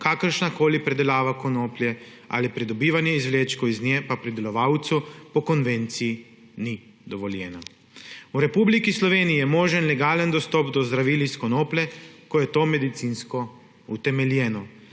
kakršnakoli predelava konoplje ali pridobivanje izvlečkov iz nje pa pridelovalcu po konvenciji ni dovoljena. V Republiki Sloveniji je možen legalen dostop do zdravil iz konoplje, ko je to medicinsko utemeljeno.